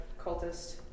cultist